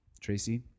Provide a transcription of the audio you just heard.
Tracy